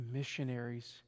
missionaries